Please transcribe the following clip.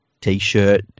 t-shirt